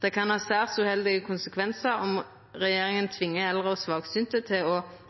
Det kan ha svært uheldige konsekvensar om regjeringa tvingar eldre og svaksynte til «frivillig» å